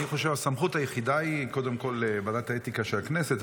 אני חושב שהסמכות היחידה היא קודם כול ועדת האתיקה של הכנסת.